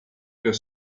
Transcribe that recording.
their